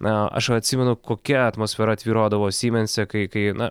na aš atsimenu kokia atmosfera tvyrodavo siemense kai kai na